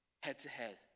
head-to-head